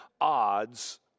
odds